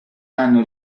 hanno